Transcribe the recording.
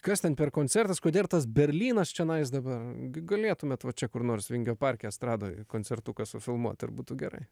kas ten per koncertas kodėl tas berlynas čionais dabar gi gulėtumėt va čia kur nors vingio parke estradoj koncertuką sufilmuot ir būtų gerai